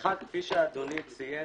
האחד, כפי שאדוני ציין